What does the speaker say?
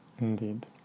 Indeed